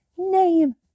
Name